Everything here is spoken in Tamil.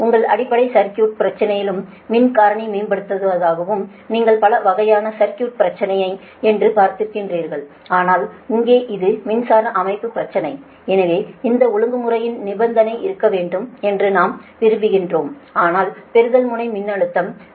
உங்கள் அடிப்படை சர்க்யூட் பிரச்சனையிலும் மின் காரணி மேம்படுத்தவும் நீங்கள் பல வகையான சர்க்யூட் பிரச்சனை என்று பார்த்திருப்பீர்கள் ஆனால் இங்கே அது மின்சார அமைப்பு பிரச்சனை எனவேஇந்த ஒழுங்குமுறையின் நிபந்தனை இருக்க வேண்டும் என்று நாம் விரும்புகிறோம் ஆனால் பெறுதல் முனை மின்னழுத்தம் 10